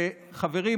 חברים,